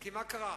כי מה קרה?